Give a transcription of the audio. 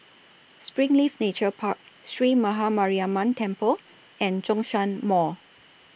Springleaf Nature Park Sree Maha Mariamman Temple and Zhongshan Mall